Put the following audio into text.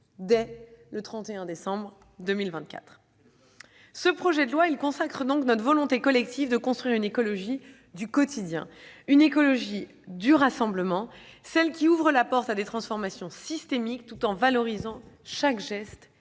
dès le 31 décembre 2024. Quelle audace ! Ce projet de loi consacre notre volonté collective de construire une écologie du quotidien, une écologie du rassemblement, qui ouvre la porte à des transformations systémiques tout en valorisant chaque geste